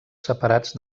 separats